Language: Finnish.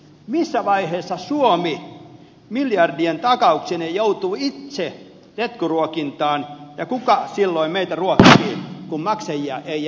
missä vaiheessa suomi miljardien takauksineen joutuu itse letkuruokintaan ja kuka silloin meitä ruokkii kun maksajia ei enää ole